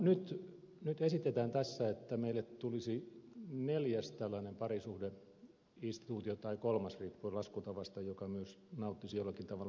nyt tässä esitetään että meille tulisi neljäs tällainen parisuhdeinstituutio tai kolmas riippuen laskutavasta joka myös nauttisi jollakin tavalla lainsuojaa